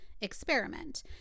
experiment